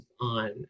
on